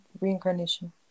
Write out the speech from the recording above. Reincarnation